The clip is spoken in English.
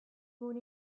born